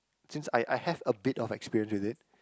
since I I have a bit of experience with it